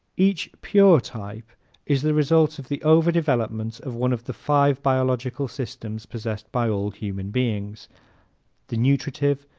each pure type is the result of the over-development of one of the five biological systems possessed by all human beings the nutritive,